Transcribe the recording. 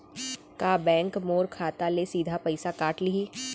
का बैंक मोर खाता ले सीधा पइसा काट लिही?